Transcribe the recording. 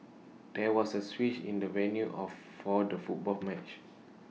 there was A switch in the venue of for the football match